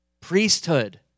Priesthood